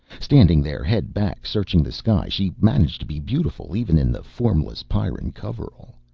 standing there, head back searching the sky, she managed to be beautiful even in the formless pyrran coverall.